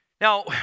Now